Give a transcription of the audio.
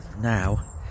now